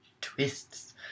twists